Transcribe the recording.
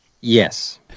Yes